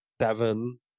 seven